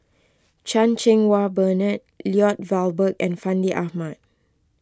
Chan Cheng Wah Bernard Lloyd Valberg and Fandi Ahmad